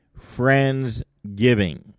Friendsgiving